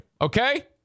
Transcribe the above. Okay